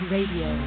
Radio